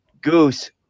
Goose